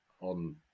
on